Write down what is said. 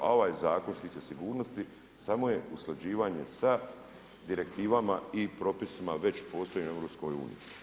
A ovaj zakon što se tiče sigurnosti samo je usklađivanje da direktivama i propisima već postojećim u EU.